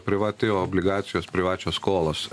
privati obligacijos privačios skolos